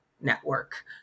network